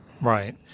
Right